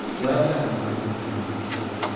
well then, my dear friend euthyphro,